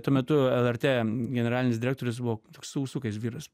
tuo metu lrt generalinis direktorius buvo toks su ūsiukais vyras